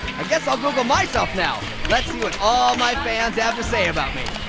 i guess i'll google myself now. let's see what all my fans have to say about me.